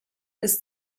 ist